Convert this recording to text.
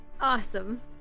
Awesome